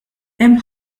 hemm